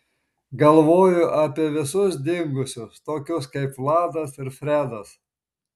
galvoju apie visus dingusius tokius kaip vladas ir fredas